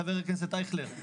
חבר הכנסת אייכלר,